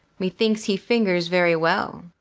methinks he fingers very well.